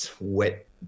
wet